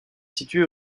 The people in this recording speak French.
situé